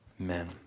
amen